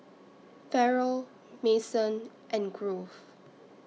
Ferrell Mason and Grove